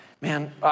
Man